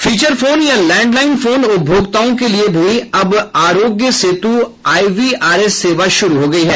feature phone या landline phone उपभोक्ताओं के लिए भी अब आरोग्य सेतु आईवीआरएस सेवा शुरू हो गयी है